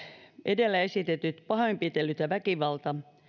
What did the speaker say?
edellä esitetyt pahoinpitelyt ja väkivalta